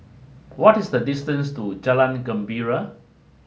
what is the distance to Jalan Gembira